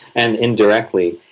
and indirectly,